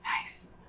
Nice